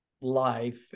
life